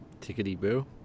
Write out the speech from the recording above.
Tickety-boo